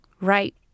Right